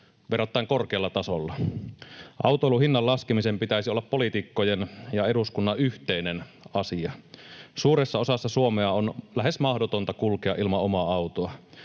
verrattain korkealla tasolla. Autoilun hinnan laskemisen pitäisi olla poliitikkojen ja eduskunnan yhteinen asia. Suuressa osassa Suomea on lähes mahdotonta kulkea ilman omaa autoa.